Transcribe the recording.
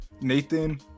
Nathan